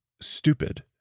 stupid